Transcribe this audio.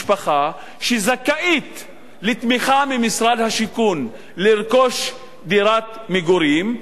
משפחה שזכאית לתמיכה ממשרד השיכון לרכוש דירת מגורים,